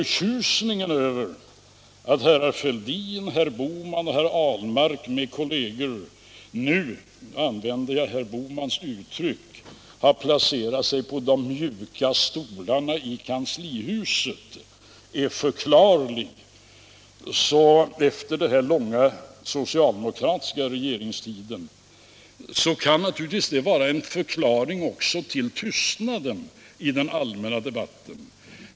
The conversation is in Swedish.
Förtjusningen över att herrar Fälldin, Bohman och Ahlmark med kolleger — nu använder jag herr Bohmans uttryck — har placerat sig på de mjuka stolarna i kanslihuset är förklarlig efter den långa socialdemokratiska regeringstiden, och den kan naturligtvis också vara en förklaring till tystnaden i den allmänna debatten.